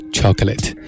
Chocolate